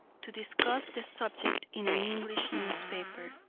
to discuss the subject in an english newspaper.